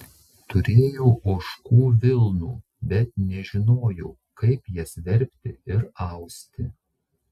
turėjau ožkų vilnų bet nežinojau kaip jas verpti ir austi